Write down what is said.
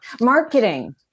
Marketing